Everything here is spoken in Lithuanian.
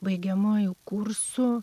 baigiamuoju kursu